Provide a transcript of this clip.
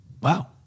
Wow